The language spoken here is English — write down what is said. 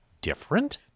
different